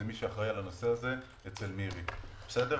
מי שאחראי על הנושא הזה אצל מירי סביון.